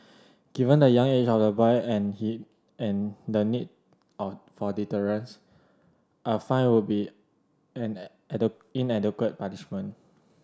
given the young age of the boy and he and the need all for deterrence a fine would be an inadequate punishment